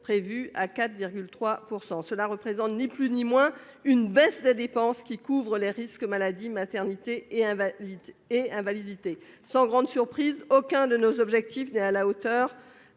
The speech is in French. prévu est de 4,3 %. Cela représente ni plus ni moins qu'une baisse des dépenses qui couvrent les risques maladie, maternité et invalidité. Sans grande surprise, aucun des objectifs fixés n'est à la hauteur